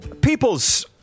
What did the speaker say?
people's